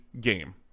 game